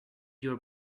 your